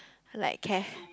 like ca~